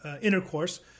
intercourse